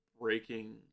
breaking